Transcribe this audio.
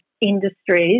industries